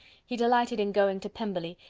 he delighted in going to pemberley,